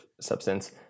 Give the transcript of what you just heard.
substance